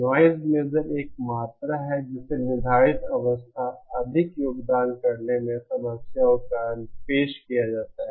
noise measure एक मात्रा है जिसे निर्धारित अवस्था अधिक योगदान करने में समस्याओं के कारण पेश किया जाता है